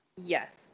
Yes